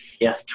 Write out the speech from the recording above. Yes